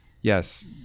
yes